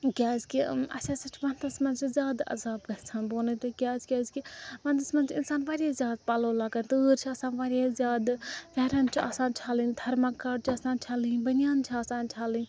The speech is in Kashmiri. کیٛازِکہِ اسہِ ہَسا چھُ وَنٛدَس منٛز چھُ زیادٕ عذاب گژھان بہٕ وَنہو تۄہہِ کیٛازِ کیٛازِکہِ وَنٛدَس منٛز چھُ انسان واریاہ زیادٕ پَلوٚو لاگان تۭر چھِ آسان واریاہ زیادٕ پھیٚرن چھِ آسان چھَلٕنۍ تھٔرماکاٹ چھِ آسان چھَلٕنۍ بٔنیان چھِ آسان چھَلٕنۍ